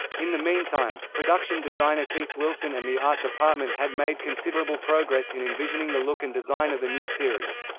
in the meantime, production designer keith wilson and the art department had made considerable progress in envisioning the look and design of the new series.